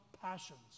passions